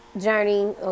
journey